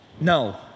No